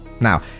Now